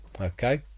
okay